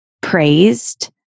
praised